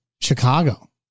Chicago